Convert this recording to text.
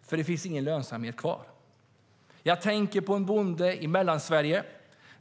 eftersom det inte finns någon lönsamhet kvar. Jag tänker på en bonde i Mellansverige.